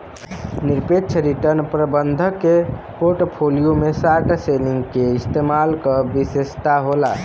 निरपेक्ष रिटर्न प्रबंधक के पोर्टफोलियो में शॉर्ट सेलिंग के इस्तेमाल क विशेषता होला